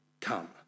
come